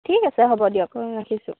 ঠিক আছে হ'ব দিয়ক অঁ ৰাখিছোঁ